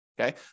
okay